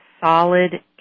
solid